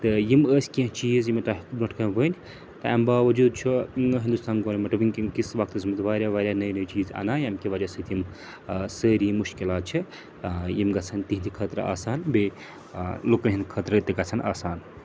تہٕ یِم ٲسۍ کینٛہہ چیٖز یِم مےٚ تۄہہِ برٛونٛٹھ کَنۍ ؤنۍ تہٕ اَمہِ باجوٗد چھُ ہنٛدوستان گورمیٚنٛٹ وُنٛکیٚن کِس وقتَس منٛز واریاہ واریاہ نٔے نٔے چیٖز اَنان ییٚمہِ کہِ وَجہ سۭتۍ یِم ٲں سٲری مشکلات چھِ ٲں یِم گژھیٚن تہنٛدِ خٲطرٕ آسان بیٚیہِ ٲں لوٗکَن ہنٛدۍ خٲطرٕ تہِ گژھیٚن آسان